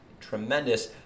tremendous